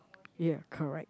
ya correct